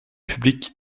publique